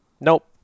nope